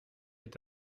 est